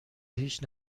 هیچ